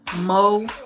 mo